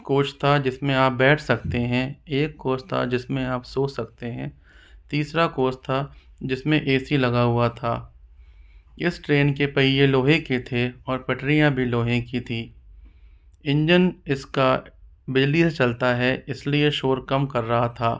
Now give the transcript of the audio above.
coach था जिसमें आप बैठ सकते हैं एक कोच था जिसमें आप सो सकते हैं तीसरा कोच था जिसमें ए सी लगा हुआ था इस ट्रेन के पहिए लोहे के थे और पटरियाँ भी लोहे की थी इंजन इसका बिजली से चलता है इसलिए शोर कम कर रहा था